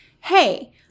hey